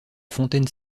fontaine